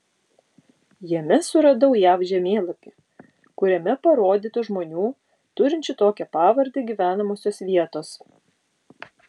jame suradau jav žemėlapį kuriame parodytos žmonių turinčių tokią pavardę gyvenamosios vietos